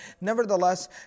nevertheless